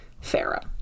Pharaoh